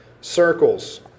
circles